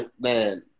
man